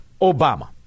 Obama